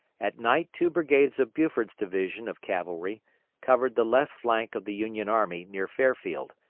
at night two brigades of buford's division of cavalry covered the left flank of the union army near fairfield,